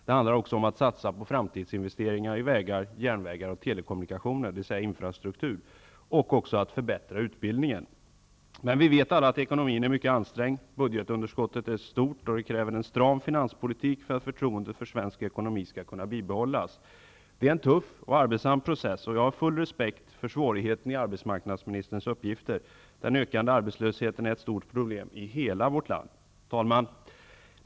Det handlar också om att satsa på framtidsinvesteringar i vägar, järnvägar och telekommunikationer, dvs. infrastruktur, samt om att förbättra utbildningen. Vi vet alla att ekonomin är mycket ansträngd och budgetunderskottet stort. Det kräver en stram finanspolitik för att förtroendet för svensk ekonomi skall kunna bibehållas. Det är en tuff och arbetsam process. Jag har full respekt för svårigheten i arbetsmarknadsministerns uppgifter. Den ökande arbetslösheten är ett stort problem i hela vårt land. Herr talman!